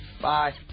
Bye